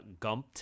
gumped